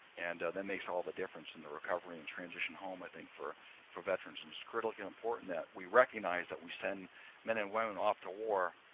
and that makes all the difference in the recovery and transition home, i think, for for veterans. and it's critically important that we recognize that we send men and women off to war.